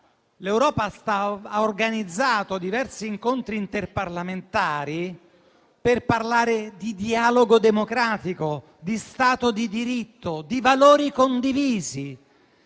all'Europa, che ha organizzato diversi incontri interparlamentari per parlare di dialogo democratico, di Stato di diritto, di valori condivisi.